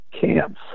camps